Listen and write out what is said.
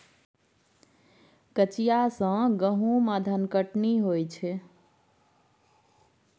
कचिया सँ गहुम आ धनकटनी होइ छै